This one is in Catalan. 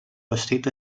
vestit